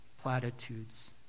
platitudes